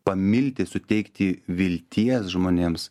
pamilti suteikti vilties žmonėms